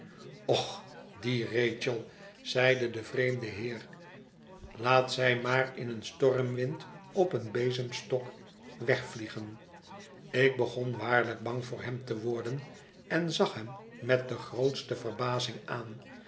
och die rachel zeide de vreemde heer laat zij maar in een stormwind op een bezemstok wegvliegen i ik begon waarlijk bang voor hem te worden en zag hem met de grootste verbazing aan